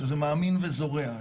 שזה מאמין וזורע,